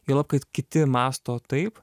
juolab kad kiti mąsto taip